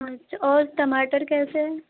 अच्छा और टमाटर कैसे हैं